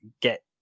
get